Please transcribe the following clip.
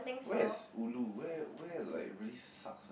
where is ulu where where like really suck ah